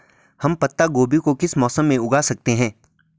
हम पत्ता गोभी को किस मौसम में उगा सकते हैं?